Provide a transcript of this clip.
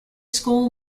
school